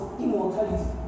immortality